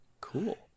Cool